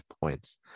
points